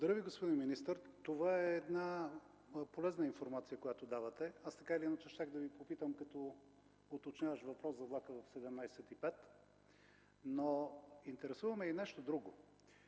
Ви, господин министър. Това е една полезна информация, която давате. Така или иначе, щях да Ви попитам, като уточняващ въпрос, за влака в 17,05 ч., но ме интересува и нещо друго.